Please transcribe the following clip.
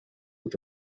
with